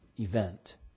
event